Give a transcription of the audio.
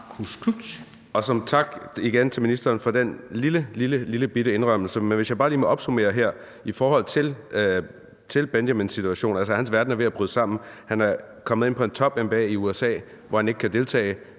igen til ministeren for den lillebitte indrømmelse. Men hvis jeg bare lige må opsummere her i forhold til Benjamins situation: Hans verden er ved at bryde sammen; han er kommet ind på en top-MBA i USA, hvor han ikke kan deltage,